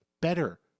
better